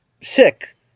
sick